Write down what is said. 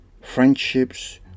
Friendships